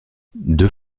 deux